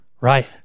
Right